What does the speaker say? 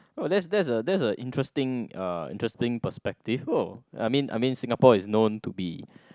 oh that's that's a that's a interesting uh interesting perspective oh I mean I mean Singapore is known to be